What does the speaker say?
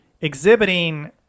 exhibiting